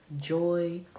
joy